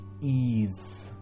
ease